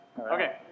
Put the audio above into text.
Okay